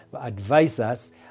advisors